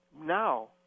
now